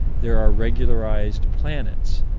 there are regularized planets,